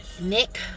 Nick